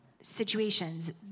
situations